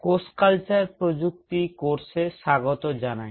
কোষ কালচার প্রযুক্তি কোর্সে স্বাগত জানাই